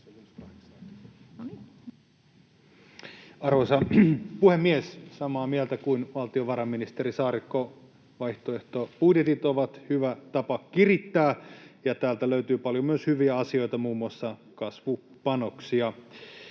Arvoisa puhemies! Samaa mieltä kuin valtiovarainministeri Saarikko: vaihtoehtobudjetit ovat hyvä tapa kirittää, ja täältä löytyy paljon myös hyviä asioita, muun muassa kasvupanoksia.